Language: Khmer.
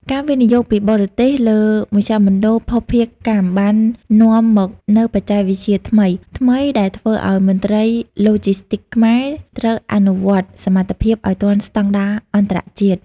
ការវិនិយោគពីបរទេសលើមជ្ឈមណ្ឌលភស្តុភារកម្មបាននាំមកនូវបច្ចេកវិទ្យាថ្មីៗ ដែលធ្វើឱ្យមន្ត្រីឡូជីស្ទីកខ្មែរត្រូវអភិវឌ្ឍសមត្ថភាពឱ្យទាន់ស្តង់ដារអន្តរជាតិ។